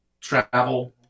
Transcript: travel